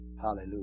Hallelujah